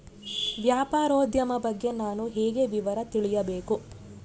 ವ್ಯಾಪಾರೋದ್ಯಮ ಬಗ್ಗೆ ನಾನು ಹೇಗೆ ವಿವರ ತಿಳಿಯಬೇಕು?